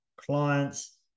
clients